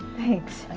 thanks.